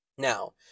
Now